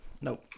Nope